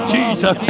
Jesus